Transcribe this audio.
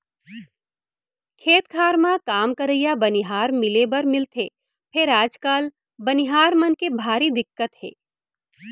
खेत खार म काम करइया बनिहार मिले बर मिलथे फेर आजकाल बनिहार मन के भारी दिक्कत हे